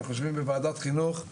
אנחנו יושבים בוועדת חינוך.